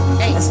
hey